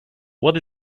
what